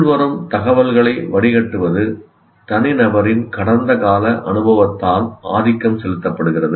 உள்வரும் தகவல்களை வடிகட்டுவது தனிநபரின் கடந்த கால அனுபவத்தால் ஆதிக்கம் செலுத்தப்படுகிறது